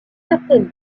certaines